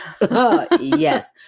yes